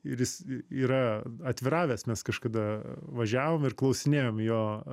ir jis yra atviravęs mes kažkada važiavom ir klausinėjom jo